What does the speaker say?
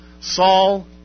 Saul